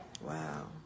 Wow